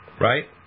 right